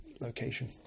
location